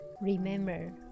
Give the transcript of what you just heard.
Remember